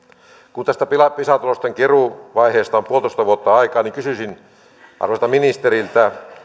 kun tästä pisa tulosten keruuvaiheesta on yksi pilkku viisi vuotta aikaa niin kysyisin arvoisalta ministeriltä